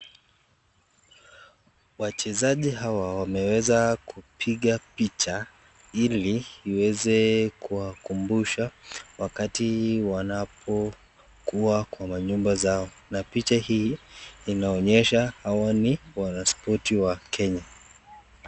Wachezaji hawa wameweza kupiga picha ili iweze kuwakumbusha wakati wanapokuwa kwa manyumba yao na picha hii inaonyesha hawa ni wanaspoti wa kenya.